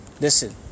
listen